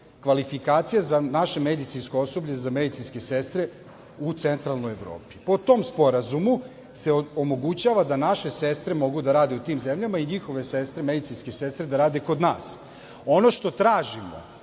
kvalifikacija za naše medicinsko osoblje za medicinske sestre u centralnoj Evropi. Po tom Sporazumu se omogućava da naše sestre mogu da rade u tim zemljama i njihove medicinske sestre da rade kod nas. Ono što tražimo